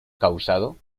causado